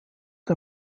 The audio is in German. der